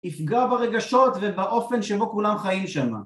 יפגע ברגשות ובאופן שבו כולם חיים שמה